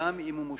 גם אם הוא מושעה,